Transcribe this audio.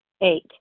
Eight